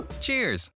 Cheers